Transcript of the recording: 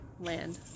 land